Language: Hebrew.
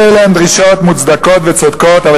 כל אלה הן דרישות מוצדקות וצודקות,